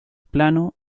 plano